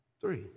three